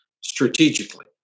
strategically